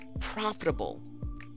profitable